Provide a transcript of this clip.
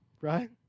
Right